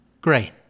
Great